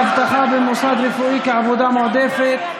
אבטחה במוסד רפואי כעבודה מועדפת),